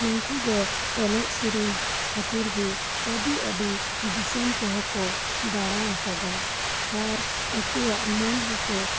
ᱱᱩᱝᱠᱩ ᱫᱚ ᱮᱱᱮᱡᱽ ᱥᱮᱨᱣᱧ ᱠᱷᱟᱹᱛᱤᱨ ᱜᱮ ᱟᱹᱰᱤ ᱟᱹᱰᱤ ᱫᱤᱥᱚᱢ ᱠᱚᱦᱚᱸ ᱠᱚ ᱫᱟᱲᱟ ᱟᱠᱟᱫᱟ ᱟᱨ ᱟᱠᱩᱭᱟᱜ ᱢᱟᱹᱱ ᱦᱚᱸᱠᱚ